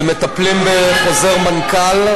מה שאנחנו עושים זה מטפלים בחוזר המנכ"ל,